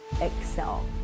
excel